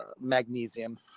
magnesium